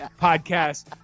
podcast